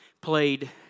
played